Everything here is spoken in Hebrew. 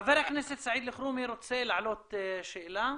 חבר הכנסת סעיד אלחרומי רוצה להעלות שאלה.